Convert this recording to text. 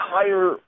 entire